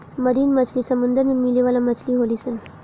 marine मछली समुंदर में मिले वाला मछली होली सन